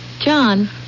John